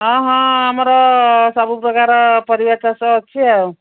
ହଁ ହଁ ଆମର ସବୁ ପ୍ରକାର ପରିବା ଚାଷ ଅଛି ଆଉ